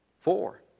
Four